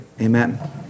Amen